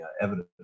evidence